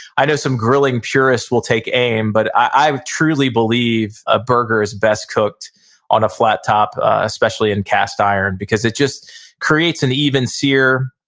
i know some grilling purists will take aim, but i truly believe a burger is best cooked on a flat top, especially in cast iron, because it just creates an even sear,